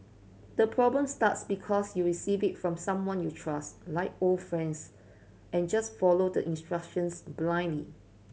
the problem starts because you receive it from someone you trust like old friends and just follow the instructions blindly